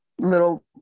little